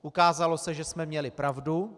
Ukázalo se, že jsme měli pravdu.